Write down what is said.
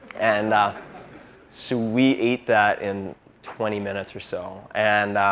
and ah so we ate that in twenty minutes or so. and